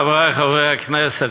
חברי חברי הכנסת,